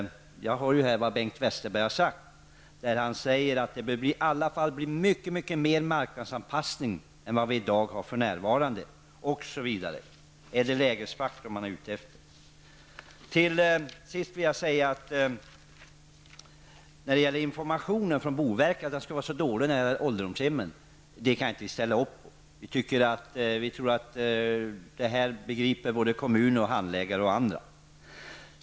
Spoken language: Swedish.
Bengt Westerberg har sagt att det i alla fall blir mycket mer marknadsanpassning än vad vi har för närvarande. Är det lägesfaktorn man är ute efter? Att information från boverket skulle vara dålig när det gäller ålderdomshemmen kan inte vi ställa upp på. Jag tror att det här begriper både kommunernas handläggare och andra.